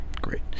Great